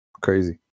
Crazy